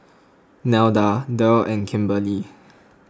Nelda Derl and Kimberely